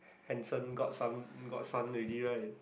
handsome godson godson already right